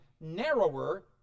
narrower